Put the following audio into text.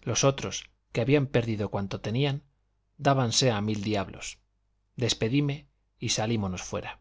los otros que habían perdido cuanto tenían dábanse a mil diablos despedíme y salímonos fuera